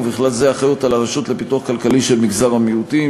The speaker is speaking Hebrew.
ובכלל זה אחריות לרשות לפיתוח כלכלי של מגזר המיעוטים,